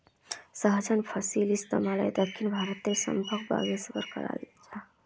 सहजन फलिर इस्तेमाल दक्षिण भारतोत साम्भर वागैरहत कराल जहा